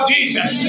Jesus